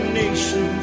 nation